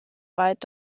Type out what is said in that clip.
weit